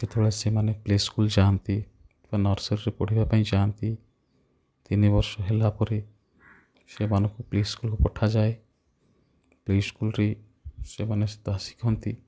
କେତେବେଳେ ସେମାନେ play school ଯାଆନ୍ତି ବା ନର୍ସରୀରେ ପଢ଼ିବା ପାଇଁ ଯାଆନ୍ତି ତିନିବର୍ଷ ହେଲା ପରେ ସେମାନଙ୍କୁ ପ୍ଲେ ସ୍କୁଲ୍କୁ ପଠାଯାଏ ପ୍ଲେ ସ୍କୁଲ୍ରେ ସେମାନେ ତାହା ଶିଖନ୍ତି